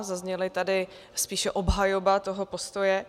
Zazněla tady spíše obhajoba toho postoje.